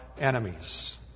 enemies